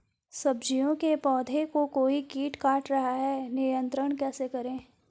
सब्जियों के पौधें को कोई कीट काट रहा है नियंत्रण कैसे करें?